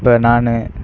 இப்போ நான்